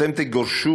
אתם תגורשו,